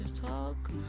talk